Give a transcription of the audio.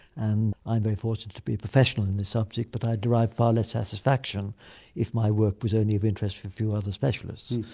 and i'm very fortunate to be a professional in this subject, but i'd derive far less satisfaction if my work was only of interest for a few other specialists.